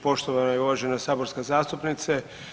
Poštovana i uvažena saborska zastupnice.